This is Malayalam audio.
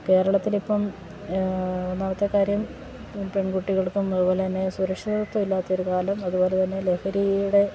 കേരളത്തിലിപ്പം ഒന്നാമത്തെ കാര്യം പെൺകുട്ടികൾക്കും അതുപോലെ തന്നെ സുരക്ഷിതത്വമില്ലാത്തൊരു കാലം അതുപോലെ തന്നെ ലഹരിയുടെ